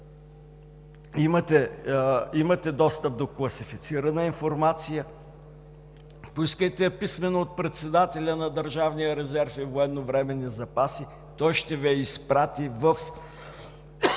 имате достъп до класифицирана информация – поискайте я писмено от председателя на Държавния резерв и военновременни запаси, той ще Ви я изпрати в